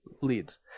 leads